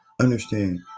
Understand